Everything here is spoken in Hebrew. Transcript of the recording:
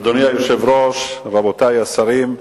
אדוני היושב-ראש, רבותי השרים,